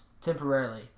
temporarily